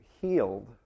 healed